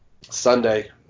Sunday